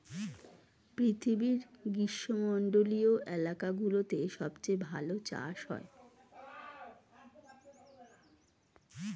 পৃথিবীর গ্রীষ্মমন্ডলীয় এলাকাগুলোতে সবচেয়ে ভালো চাষ হয়